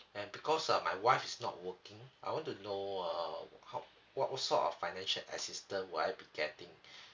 and because uh my wife is not working I want to know uh how what what sort of financial assistance will I be getting